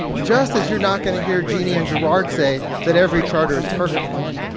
just as you're not going to hear jeanne and gerard say that every charter is perfect.